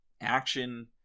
action